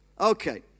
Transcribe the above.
Okay